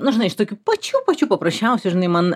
nu žinai iš tokių pačių pačių paprasčiausių žinai man